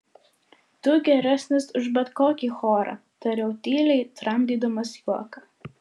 tu geresnis už bet kokį chorą tariau tyliai tramdydamas juoką